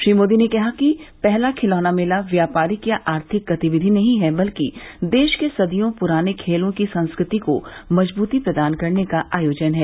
श्री मोदी ने कहा कि पहला खिलौना मेला व्यापारिक या आर्थिक गतिविधि नहीं है बल्कि देश के सदियों पुराने खेलों की संस्कृति को मजबूती प्रदान करने का आयोजन है